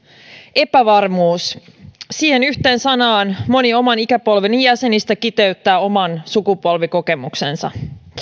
epävarmuus siihen yhteen sanaan moni oman ikäpolveni jäsenistä kiteyttää oman sukupolvikokemuksensa